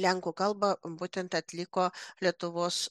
lenkų kalbą būtent atliko lietuvos